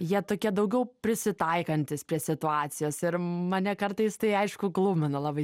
jie tokie daugiau prisitaikantys prie situacijos ir mane kartais tai aišku glumina labai